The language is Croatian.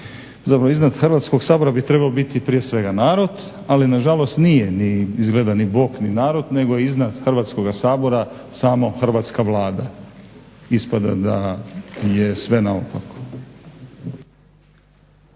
zapravo iznad Hrvatskoga sabora bi trebao biti prije svega narod ali nažalost nije ni izgleda ni Bog ni narod nego je iznad Hrvatskoga sabora samo hrvatska Vlada. Ispada da je sve naopako.